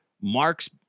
Mark's